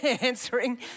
answering